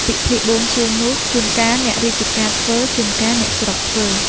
ពិធីបួងសួងនោះ ចួនកាលអ្នករាជការធ្វើ ចួនកាលអ្នកស្រុកធ្វើ ។